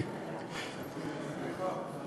סליחה.